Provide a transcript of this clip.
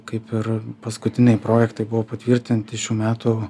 kaip ir paskutiniai projektai buvo patvirtinti šių metų